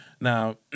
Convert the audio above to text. Now